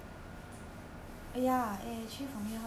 eh ya eh actually from here how to go back